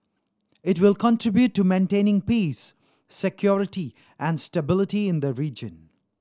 it will contribute to maintaining peace security and stability in the region